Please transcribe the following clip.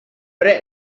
hora